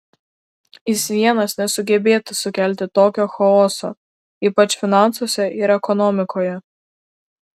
jis vienas nesugebėtų sukelti tokio chaoso ypač finansuose ir ekonomikoje